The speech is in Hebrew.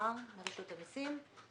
רשות המיסים.